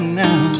now